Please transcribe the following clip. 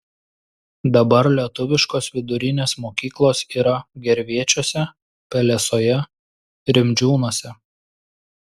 dabar lietuviškos vidurinės mokyklos yra gervėčiuose pelesoje rimdžiūnuose